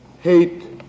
hate